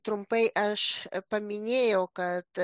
trumpai aš paminėjau kad